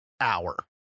hour